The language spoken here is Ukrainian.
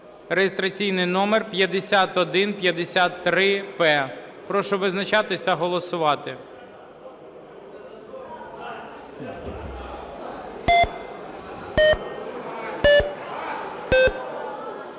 реєстраційний номер 5153-П. Прошу визначатися та голосувати.